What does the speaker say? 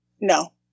No